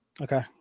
Okay